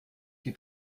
die